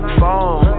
phone